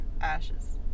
ashes